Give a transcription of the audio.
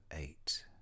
eight